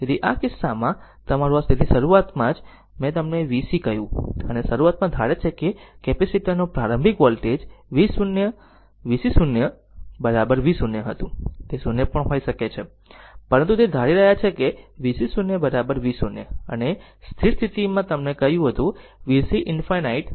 તેથી આ કિસ્સામાં તમારું તેથી શરૂઆતમાં જ મેં તમને vc કહ્યું અને શરૂઆતમાં ધારે છે કે કેપેસીટર નું પ્રારંભિક વોલ્ટેજ vc 0 v 0 હતું તે 0 પણ હોઈ શકે છે પરંતુ તે ધારી રહ્યા છે કે vc 0 v0 અને સ્થિર સ્થિતિ માં મેં તમને કહ્યું vc infinity I R છે